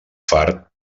fart